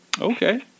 Okay